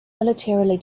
militarily